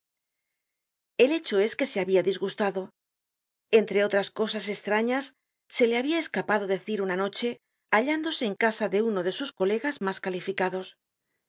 el hecho es que habia disgustado entre otras cosas estrañas se le habia escapado decir una noche hallándose en casa de uno de sus colegas mas calificados qué